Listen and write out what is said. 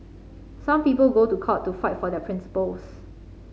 some people go to court to fight for their principles